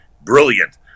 Brilliant